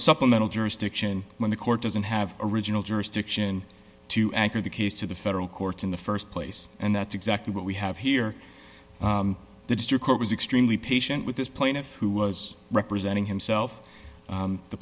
supplemental jurisdiction when the court doesn't have original jurisdiction to anchor the case to the federal courts in the st place and that's exactly what we have here the district court was extremely patient with this plaintiff who was representing himself